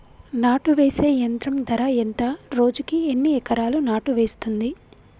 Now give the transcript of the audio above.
నాటు వేసే యంత్రం ధర ఎంత రోజుకి ఎన్ని ఎకరాలు నాటు వేస్తుంది?